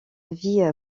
vie